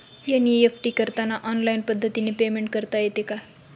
NEFT करताना online पद्धतीने payment करता येते का?